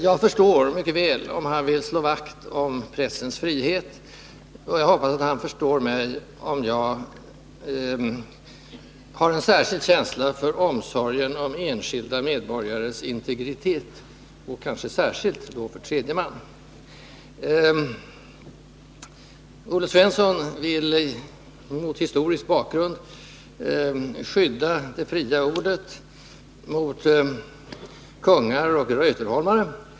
Jag förstår honom mycket väl, om han vill slå vakt om pressens frihet. Jag hoppas att han förstår mig, om jag har en särskild känsla för omsorgen om enskilda medborgares integritet, kanske särskilt när det gäller tredje man. Olle Svensson vill mot historisk bakgrund skydda det fria ordet mot kungar och Reuterholmare.